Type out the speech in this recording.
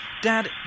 Dad